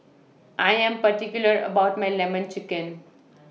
I Am particular about My Lemon Chicken